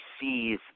sees